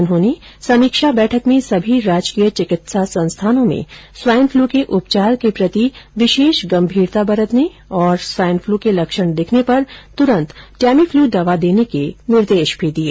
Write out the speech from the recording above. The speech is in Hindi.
उन्होंने समीक्षा बैठक में सभी राजकीय चिकित्सा संस्थानों में स्वाइन फ्लू के उपचार के प्रति विशेष गंभीरता बरतने और स्वाइन फ्लू के लक्षण दिखने पर तुरन्त टेमीफ्लू दवा देने के निर्देश भी दिए